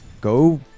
go